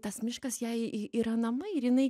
tas miškas jai y yra namai ir jinai